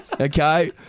Okay